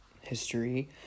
history